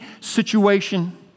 situation